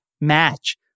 match